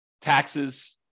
taxes